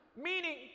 Meaning